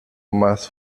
más